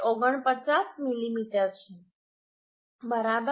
49 millimetre છે બરાબર